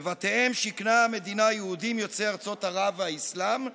בבתיהם שיכנה המדינה יהודים יוצאי ארצות ערב והאסלאם,